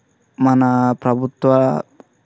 మన ప్రభుత్వ